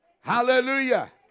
Hallelujah